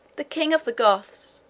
the king of the goths,